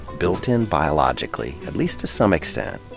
built in biologically, at least to some extent,